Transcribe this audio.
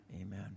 amen